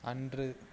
அன்று